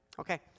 Okay